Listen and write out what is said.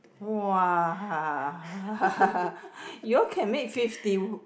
!wah! you all can made fifty